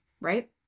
right